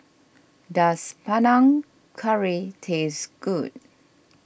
does Panang Curry taste good